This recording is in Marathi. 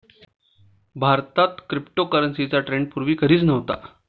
भारतात क्रिप्टोकरन्सीचा ट्रेंड पूर्वी कधीच नव्हता